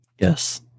Yes